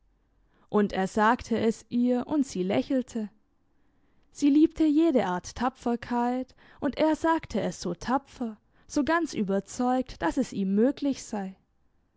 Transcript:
und er sagte es ihr und sie lächelte sie liebte jede art tapferkeit und er sagte es so tapfer so ganz überzeugt dass es ihm möglich sei